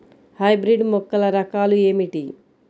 Hybrid మొక్కల రకాలు ఏమిటీ?